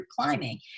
climbing